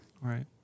right